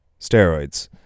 Steroids